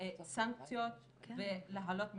סנקציות ולהעלות מודעות.